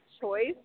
choice